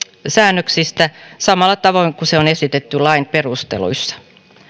säännöksistä samalla tavoin kuin se on esitetty lain perusteluissa